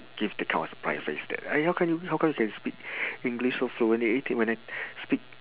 give the kind of surprised face that eh how come you how come you can speak english so fluently eh then when I speak